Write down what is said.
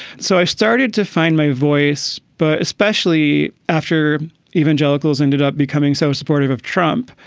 so i started to find my voice, but especially after evangelicals ended up becoming so supportive of trump.